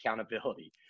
accountability